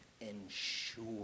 ensure